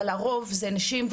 אבל הרוב הן נשים,